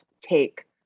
take